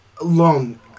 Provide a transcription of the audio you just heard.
Alone